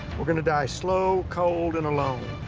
we're gonna die slow, cold, and alone.